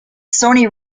sony